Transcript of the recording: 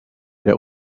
der